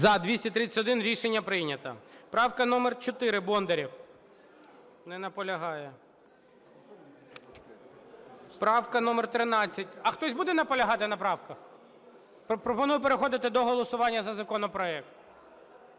За-231 Рішення прийнято. Правка номер 4, Бондарєв. Не наполягає. Правка номер 13. А хтось буде наполягати на правках? Пропоную переходити до голосування за законопроект.